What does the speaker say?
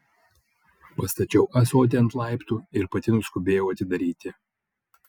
pastačiau ąsotį ant laiptų ir pati nuskubėjau atidaryti